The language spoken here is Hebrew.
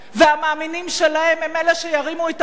והמאמינים שלהם הם אלה שירימו את הבלוק